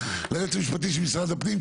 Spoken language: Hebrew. ליועץ המשפטי של משרד הפנים,